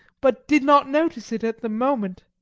but did not notice it at the moment.